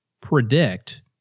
predict